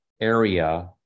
area